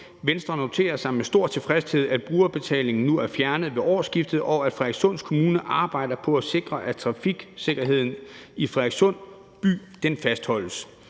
Venstre noterer sig med stor tilfredshed, at brugerbetalingen nu er fjernet ved årsskiftet, og at Frederikssund Kommune arbejder på at sikre, at trafiksikkerheden i Frederikssund by fastholdes.